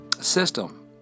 system